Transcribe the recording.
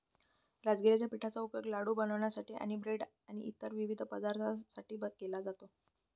राजगिराच्या पिठाचा उपयोग लाडू बनवण्यासाठी आणि ब्रेड आणि इतर विविध पदार्थ बनवण्यासाठी केला जातो